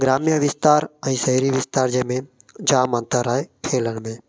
ग्रामीण विस्तार ऐं शहरी विस्तार जंहिं में जामु अंतरु आहे खेलनि में